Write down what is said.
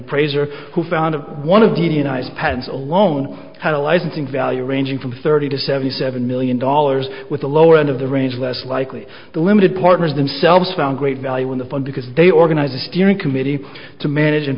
appraiser who found one of the nice pence a loan had a licensing value ranging from thirty to seventy seven million dollars with the lower end of the range less likely the limited partners themselves found great value in the fund because they organize a steering committee to manage and